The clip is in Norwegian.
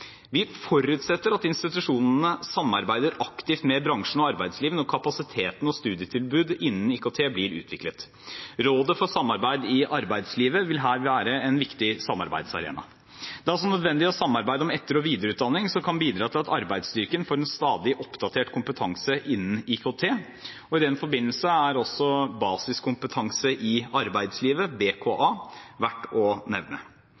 Vi forutsetter at institusjonene samarbeider aktivt med bransjen og arbeidslivet når kapasiteten og studietilbud innen IKT blir utviklet. Råd for samarbeid med arbeidslivet vil her være en viktig samarbeidsarena. Det er også nødvendig å samarbeide om etter- og videreutdanning som kan bidra til at arbeidsstyrken får en stadig oppdatert kompetanse innen IKT. I den forbindelse er også basiskompetanse i arbeidslivet, BKA, verd å nevne.